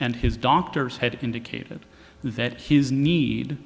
and his doctors had indicated that his need